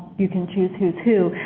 you can choose who's who.